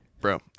Bro